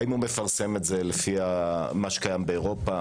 האם מפרסם את זה לפי מה שקיים באירופה